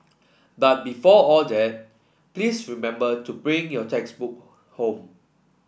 but before all that please remember to bring your textbook home